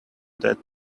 that